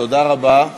תודה רבה.